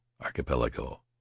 Archipelago